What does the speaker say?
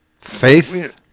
faith